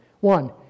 One